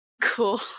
Cool